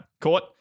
caught